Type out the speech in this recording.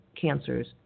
cancers